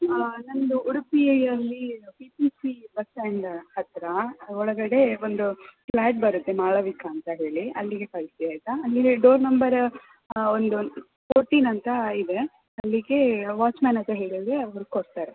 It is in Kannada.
ನನ್ನದು ಉಡುಪಿಯಲ್ಲಿ P P C bus stand ಹತ್ತಿರ ಒಳಗಡೆ ಒಂದು ಫ್ಲಾಟ್ ಬರುತ್ತೆ ಮಾಳವಿಕಾ ಅಂತ ಹೇಳಿ ಅಲ್ಲಿಗೆ ಕಳಿಸಿ ಆಯಿತಾ ಆಮೇಲೆ ಡೋರ್ ನಂಬರ ಒಂದು ಫೋರ್ಟೀನ್ ಅಂತ ಇದೆ ಅಲ್ಲಿಗೆ ವಾಚ್ಮನ್ ಹತ್ತಿರ ಹೇಳಿದರೆ ಅವರು ಕೊಡ್ತಾರೆ